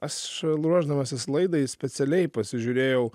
aš ruošdamasis laidai specialiai pasižiūrėjau